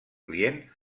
client